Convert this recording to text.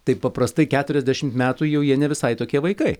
taip paprastai keturiasdešimt metų jau jie ne visai tokie vaikai